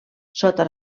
sota